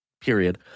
period